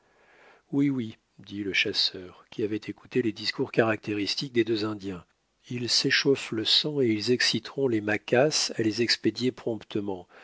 oui oui dit le chasseur qui avait écouté les discours caractéristiques des deux indiens ils s'échauffent le sang et ils exciteront les maquas à les expédier promptement